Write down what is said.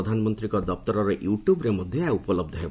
ପ୍ରଧାନମନ୍ତ୍ରୀଙ୍କ ଦପ୍ତରର ୟୁଟୁବ୍ରେ ମଧ୍ୟ ଏହା ଉପଲବ୍ଧ ହେବ